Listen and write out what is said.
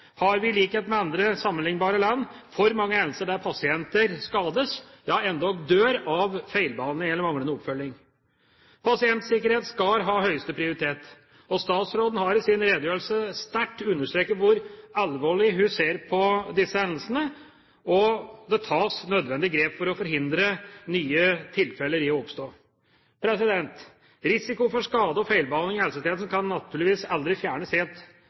har vi i likhet med andre sammenliknbare land for mange hendelser der pasienter skades – ja endog dør – av feilbehandling eller manglende oppfølging. Pasientsikkerhet skal ha høyeste prioritet. Statsråden har i sin redegjørelse sterkt understreket hvor alvorlig hun ser på disse hendelsene, og det tas nødvendige grep for å forhindre at nye tilfeller oppstår. Risiko for skade og feilbehandling i helsetjenesten kan naturligvis aldri fjernes